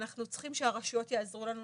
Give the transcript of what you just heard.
אנחנו צריכים שהרשויות יעזרו לנו